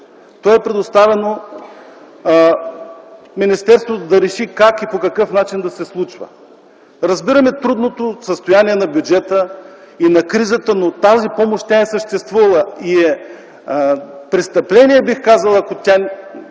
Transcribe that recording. сума, предоставено е на министерството да реши как и по какъв начин да се случва тази помощ. Разбираме трудното състояние на бюджета и на кризата, но тази помощ е съществувала и е престъпление, бих казал, ако тя